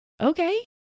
okay